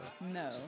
no